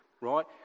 right